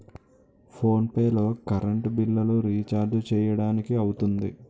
phone pay లో current బిల్లులు, రిచార్జీలు చేయడానికి అవుతుంది